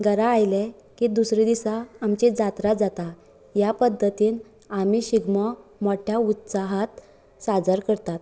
घरा आयले की दुसरे दिसा आमची जात्रा जाता ह्या पद्दतीन आमी शिगमो मोठ्या उत्सहांत साजर करतात